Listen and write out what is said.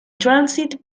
transit